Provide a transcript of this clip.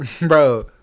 Bro